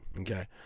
Okay